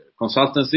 consultancy